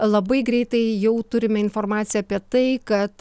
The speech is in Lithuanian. labai greitai jau turime informaciją apie tai kad